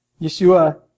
Yeshua